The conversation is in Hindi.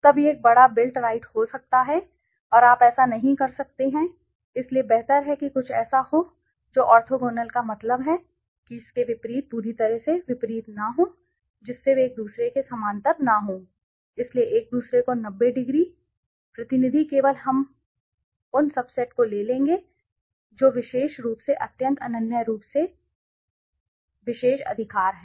तब यह एक बड़ा बिल्ट राइट हो सकता है और आप ऐसा नहीं कर सकते हैं इसलिए बेहतर है कि कुछ ऐसा हो जो ऑर्थोगोनल का मतलब है कि इसके विपरीत पूरी तरह से विपरीत न हो जिससे वे एक दूसरे के समानांतर न हों इसलिए एक दूसरे को 90 डिग्री इसलिए प्रतिनिधि केवल हम उन सबसेट को ले लेंगे जो विशेष रूप से अत्यंत अनन्य रूप से अनन्य विशेष अधिकार हैं